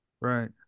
Right